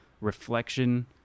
reflection